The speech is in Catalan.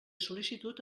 sol·licitud